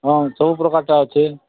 ହଁ ସବୁପ୍ରକାରଟା ଅଛି